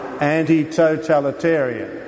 anti-totalitarian